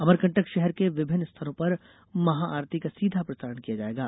अमरकंटक शहर के विभिन्न स्थलों पर महाआरती का सीधा प्रसारण किया जाएगा